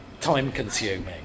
time-consuming